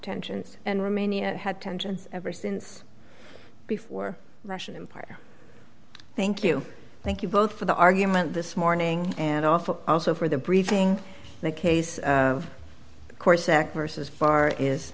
tensions and remain it had tensions ever since before russian empire thank you thank you both for the argument this morning and offer also for the briefing that case of course act versus far is